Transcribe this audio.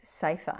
safer